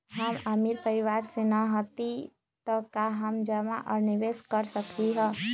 हम अमीर परिवार से न हती त का हम जमा और निवेस कर सकली ह?